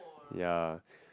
ya